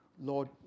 Lord